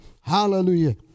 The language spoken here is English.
hallelujah